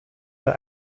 der